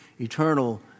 eternal